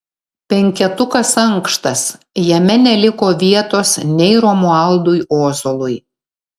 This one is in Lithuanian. penketukas ankštas jame neliko vietos nei romualdui ozolui